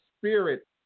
spirit